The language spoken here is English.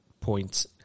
points